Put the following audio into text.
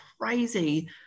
crazy